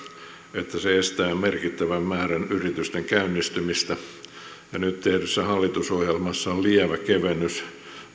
että se estää merkittävää määrää yrityksistä käynnistymistä nyt tehdyssä hallitusohjelmassa on lievä kevennys